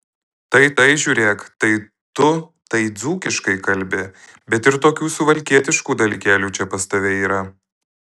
tai tai žiūrėk tai tu tai dzūkiškai kalbi bet ir tokių suvalkietiškų dalykėlių čia pas tave yra